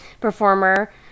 performer